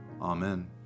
Amen